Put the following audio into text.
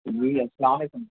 جی السلام علیکم